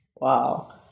Wow